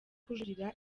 kujuririra